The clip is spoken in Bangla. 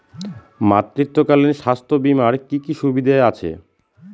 মাতৃত্বকালীন স্বাস্থ্য বীমার কি কি সুবিধে আছে?